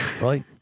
Right